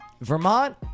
Vermont